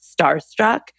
starstruck